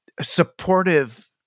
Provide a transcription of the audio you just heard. supportive